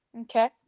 Okay